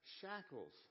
shackles